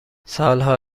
سالها